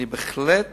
אני בהחלט